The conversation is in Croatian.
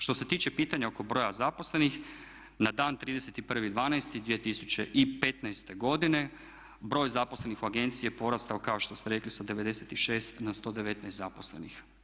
Što se tiče pitanja oko broja zaposlenih, na dan 31.12.2015. godine broj zaposlenih u agenciji je porastao kao što ste rekli sa 96 na 119 zaposlenih.